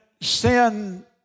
sin